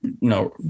no